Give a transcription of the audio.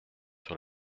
sur